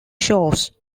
shows